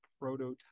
prototype